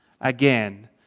again